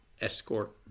escort